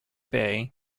bay